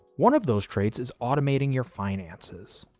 one of those traits is automating your finances.